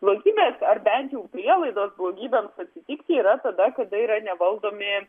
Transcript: blogybės ar bent jau prielaidos blogybėms atstikti yra tada kada yra nevaldomi